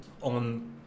on